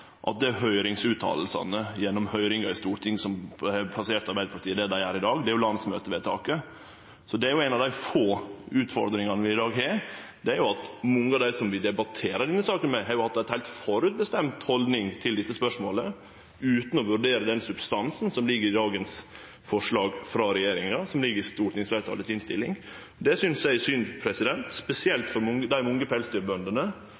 er høyringsutsegnene frå høyringar i Stortinget som har plassert Arbeidarpartiet der dei er i dag – det er jo landsmøtevedtaket. Det er ei av dei få utfordringane vi har i dag, at mange av dei vi debatterer denne saka med, har hatt ei haldning til dette spørsmålet som er bestemd heilt på førehand, utan å vurdere den substansen som ligg i forslaget frå regjeringa i dag, og som ligg i innstillinga frå stortingsfleirtalet. Det synest eg er synd – spesielt for dei mange pelsdyrbøndene